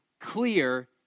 clear